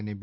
અને બી